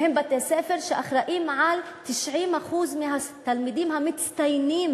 והם בתי-ספר שאחראים ל-90% מהתלמידים המצטיינים